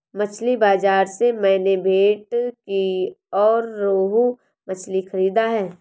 मछली बाजार से मैंने भेंटकी और रोहू मछली खरीदा है